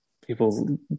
people